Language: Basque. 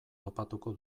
topatuko